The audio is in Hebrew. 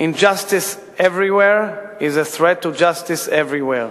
Injustice anywhere is a threat to justice everywhere.